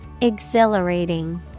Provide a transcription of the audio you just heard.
Exhilarating